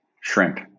shrimp